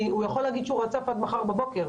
כי הוא יכול להגיד שהוא רצף עד מחר בבוקר,